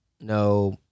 No